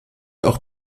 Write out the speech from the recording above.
auch